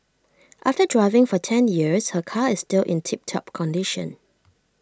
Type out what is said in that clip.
after driving for ten years her car is still in tip top condition